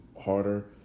harder